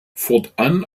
fortan